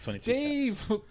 Dave